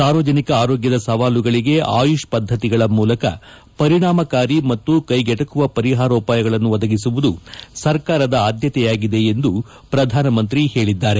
ಸಾರ್ವಜನಿಕ ಆರೋಗ್ಯ ಸವಾಲುಗಳಿಗೆ ಆಯುಷ್ ಪದ್ದತಿಗಳ ಮೂಲಕ ಪರಿಣಾಮಕಾರಿ ಮತ್ತು ಕೈಗೆಟಕುವ ಪರಿಹಾರೋಪಾಯಗಳನ್ನು ಒದಗಿಸುವುದು ಸರ್ಕಾರದ ಆದ್ಯತೆಯಾಗಿದೆ ಎಂದು ಪ್ರಧಾನಮಂತ್ರಿ ಹೇಳಿದ್ದಾರೆ